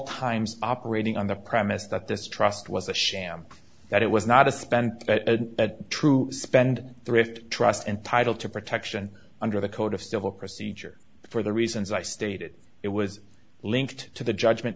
times operating on the premise that this trust was a sham that it was not a spend a true spend thrift trust entitled to protection under the code of civil procedure for the reasons i stated it was linked to the judgment